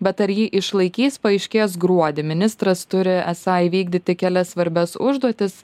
bet ar jį išlaikys paaiškės gruodį ministras turi esą įvykdyti kelias svarbias užduotis